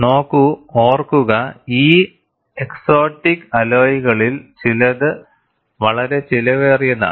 നോക്കൂ ഓർക്കുക ഈ എക്സ്ഓറ്റിക്ക് അലോയ്കളിൽ ചിലത് വളരെ ചെലവേറിയതാണ്